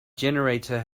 generator